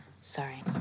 Sorry